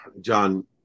John